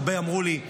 הרבה אמרו לי: